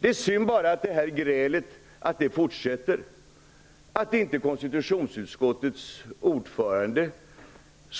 Det är bara synd att grälet fortsätter och att inte konstitutionsutskottets ordförande